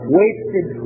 wasted